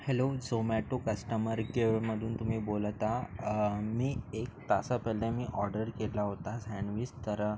hello Zomato customer केअरमधून तुम्ही बोलत आ मी एक तासा पहिले मी ऑडर केला होता सॅंडविस तर